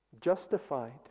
justified